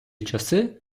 часи